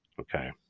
okay